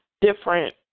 different